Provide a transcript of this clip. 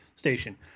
station